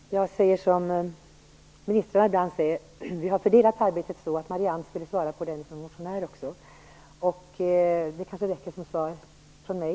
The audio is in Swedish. Herr talman! Jag säger som ministrarna ibland säger: Vi har fördelat arbetet så, att Marianne Andersson skall svara för de frågorna, eftersom hon också är motionär. Det kanske räcker som svar från mig.